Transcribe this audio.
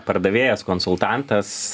pardavėjas konsultantas